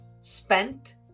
Spent